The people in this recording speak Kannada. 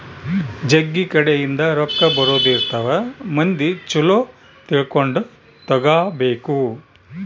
ಜಗ್ಗಿ ಕಡೆ ಇಂದ ರೊಕ್ಕ ಬರೋದ ಇರ್ತವ ಮಂದಿ ಚೊಲೊ ತಿಳ್ಕೊಂಡ ತಗಾಬೇಕು